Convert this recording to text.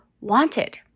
wanted